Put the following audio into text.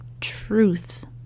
truth